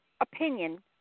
opinion